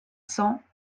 cents